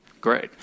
Great